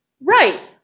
Right